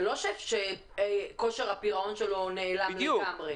זה לא שכושר הפירעון שלו נעלם לגמרי.